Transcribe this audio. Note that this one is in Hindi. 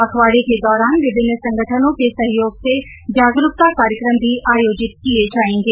पखवाड़े के दौरान विभिन्न संगठनों के सहयोग से जागरूकता कार्यक्रम भी आयोजित किए जाएगे